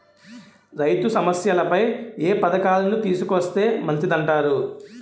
రైతు సమస్యలపై ఏ పథకాలను తీసుకొస్తే మంచిదంటారు?